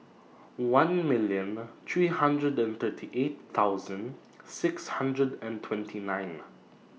one million three hundred and thirty eight thousand six hundred and twenty nine